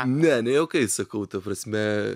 ne ne juokais sakau ta prasme